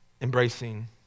embracing